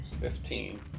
Fifteen